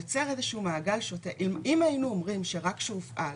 יוכלו לקבל מידע אם יש ייפוי כוח ומיהו מיופה הכוח